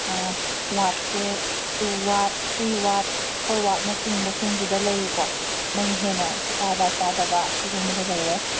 ꯋꯥꯠꯁꯦ two watt three watt four watt ꯆꯤꯡꯕꯁꯤꯡꯒꯤꯗ ꯂꯩꯌꯦꯀꯣ ꯃꯩ ꯍꯦꯟꯅ ꯆꯥꯕ ꯆꯥꯗꯕ ꯑꯁꯤꯒꯨꯝꯕꯗ ꯂꯩꯔꯦ